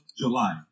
July